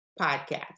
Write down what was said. podcast